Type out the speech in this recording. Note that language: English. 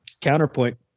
Counterpoint